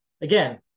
again